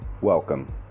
welcome